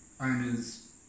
owners